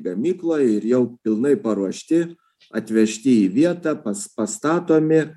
gamykloj ir jau pilnai paruošti atvežti į vietą pas pastatomi